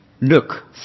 look